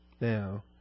Now